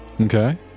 Okay